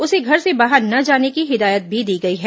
उसे घर से बाहर न जाने की हिदायत भी दी गई है